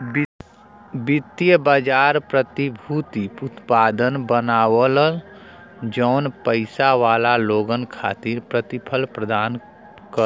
वित्तीय बाजार प्रतिभूति उत्पाद बनावलन जौन पइसा वाला लोगन खातिर प्रतिफल प्रदान करला